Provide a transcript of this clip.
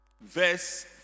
verse